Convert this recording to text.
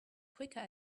quicker